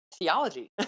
theology